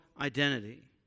identity